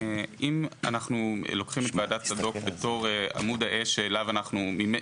אנחנו לוקחים את ועדת צדוק בתור עמוד האש שממנו